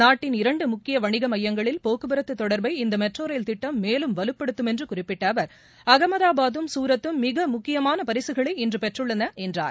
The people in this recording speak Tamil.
நாட்டின் இரண்டு முக்கிய வணிக மையங்களில் போக்குவர்தது தொடர்பை இந்த மெட்ரோ திட்டம் மேலும் வலுப்படுத்தும் என்று குறிப்பிட்ட அவர் அகமதாபாத்தும் சூரத்தும் மிக முக்கியமான பரிசுகளை இன்று பெற்றுள்ளன என்றார்